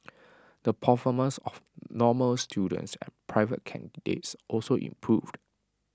the performance of normal students and private candidates also improved